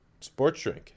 Sportsdrink